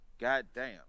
goddamn